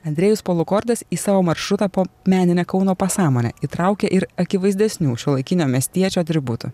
andrėjus polukordas į savo maršrutą po meninę kauno pasąmonę įtraukė ir akivaizdesnių šiuolaikinio miestiečio atributų